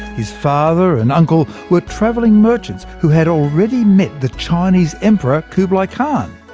his father and uncle were travelling merchants who had already met the chinese emperor, kublai khan.